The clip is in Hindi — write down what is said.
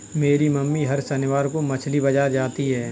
मेरी मम्मी हर शनिवार को मछली बाजार जाती है